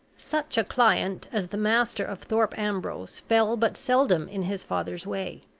such a client as the master of thorpe ambrose fell but seldom in his father's way,